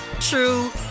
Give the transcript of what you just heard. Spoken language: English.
true